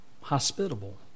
hospitable